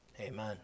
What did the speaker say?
amen